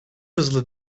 hızlı